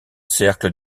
cercles